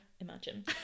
Imagine